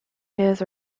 his